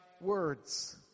words